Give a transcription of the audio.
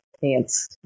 pants